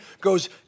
goes